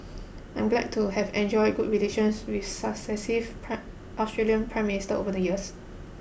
I'm glad to have enjoyed good relations with successive prime Australian prime ministers over the years